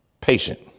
patient